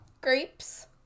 grapes